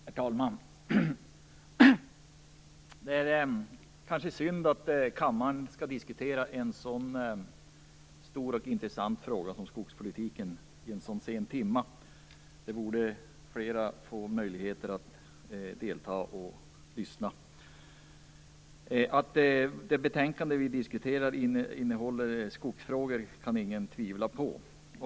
Herr talman! Det är kanske synd att kammaren skall diskutera en så stor och intressant fråga som skogspolitiken i en så sen timma. Fler borde få möjlighet att delta och lyssna. Att det betänkande vi diskuterar innehåller skogsfrågor kan ingen tvivla på.